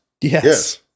Yes